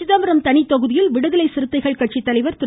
சிதம்பரம் தனி தொகுதியில் விடுதலை சிறுத்தைகள் கட்சி தலைவா் திரு